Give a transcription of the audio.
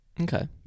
Okay